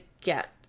get